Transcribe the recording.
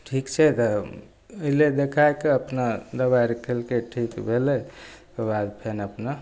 ठीक छै तऽ अएलै देखैके अपना दवाइ आओर खेलकै ठीक भेलै ओकर बाद फेर अपना